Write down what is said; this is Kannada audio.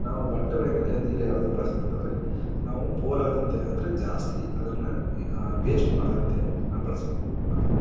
ನಾವು ಬಟ್ಟೆ ಒಗಿಬೇಕೆಂದ್ರೆ ನೀರು ಯಾವ ಥರ ಬಳಸ್ತೀವಿ ಅಂತ ಅಂದ್ರೆ ನಾವು ಪೋಲಾಗದಂತೆ ಅಂದರೆ ಜಾಸ್ತಿ ಅದನ್ನು ವೇಸ್ಟ್ ಮಾಡಿದಂತೆ ನಾವು ಬಳಸಬೇಕು ಅದನ್ನು